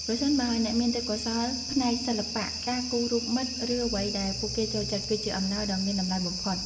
ប្រសិនបើអ្នកមានទេពកោសល្យផ្នែកសិល្បៈ ការគូររូបមិត្ត ឬអ្វីដែលពួកគេចូលចិត្ត គឺជាអំណោយដ៏មានតម្លៃបំផុត។